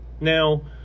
Now